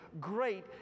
Great